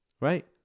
right